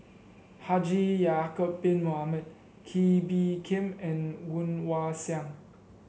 Haji Ya'acob Bin Mohamed Kee Bee Khim and Woon Wah Siang